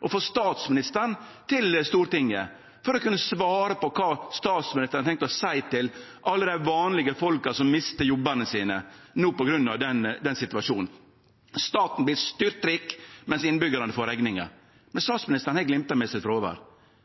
å få statsministeren til Stortinget i spørjetimen for å svare på kva statsministeren har tenkt å seie til alle dei vanlege folka som no mistar jobbane sine på grunn av denne situasjonen. Staten vert styrtrik, mens innbyggjarane får rekninga. Men statsministeren har glimra med sitt